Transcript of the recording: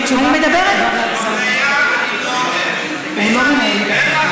במליאה אני לא עונה.